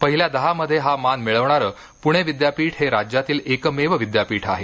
पहिल्या दहामध्ये हा मान मिळवणारे पुणे विद्यापीठ हे राज्यातील एकमेव विद्यापीठ आहे